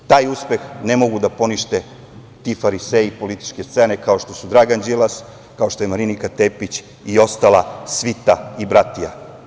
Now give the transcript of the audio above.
Taj uspeh ne mogu da ponište ti fariseji političke scene, kao što je Dragan Đilas, kao što je Marinika Tepić i ostala svita i bratija.